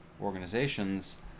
organizations